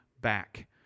back